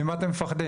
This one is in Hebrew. ממה אתם מפחדים?